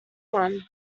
one